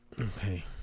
Okay